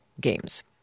games